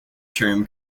term